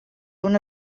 una